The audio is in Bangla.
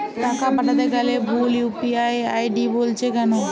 টাকা পাঠাতে গেলে ভুল ইউ.পি.আই আই.ডি বলছে কেনো?